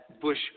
Bush